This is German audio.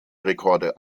rekorde